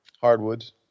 Hardwoods